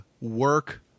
work